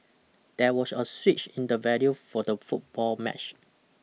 there was a switch in the venue for the football match